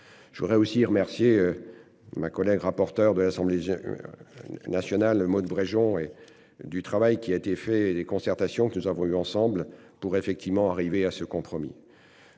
Je voudrais aussi remercier. Ma collègue rapporteur de l'Assemblée. Nationale Maud Bregeon et du travail qui a été fait et les concertations que nous avons ensemble pour effectivement arriver à ce compromis